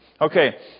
Okay